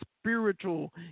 spiritual